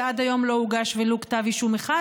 ועד היום לא הוגש ולו כתב אישום אחד